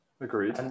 Agreed